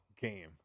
game